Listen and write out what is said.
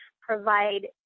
provide